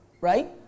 right